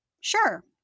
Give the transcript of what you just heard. Sure